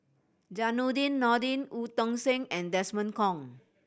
Zainudin Nordin Eu Tong Sen and Desmond Kon